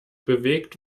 bewegt